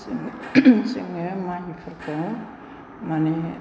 जोङो माइफोरखौ माने